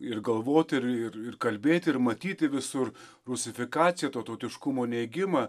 ir galvoti ir ir ir kalbėti ir matyti visur rusifikaciją to tautiškumo neigimą